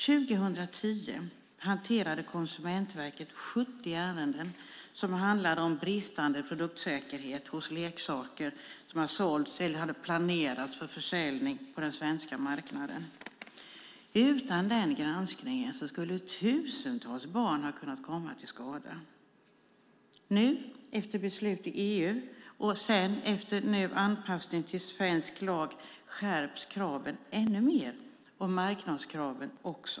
År 2010 hanterade Konsumentverket 70 ärenden som handlade om bristande produktsäkerhet hos leksaker som hade sålts eller hade planerats för försäljning på den svenska marknaden. Utan den granskningen skulle tusentals barn ha kunnat komma till skada. Nu, efter beslut i EU och sedan efter anpassning till svensk lag, skärps kraven ännu mer. Det gäller också marknadskraven.